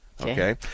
Okay